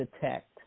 detect